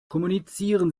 kommunizieren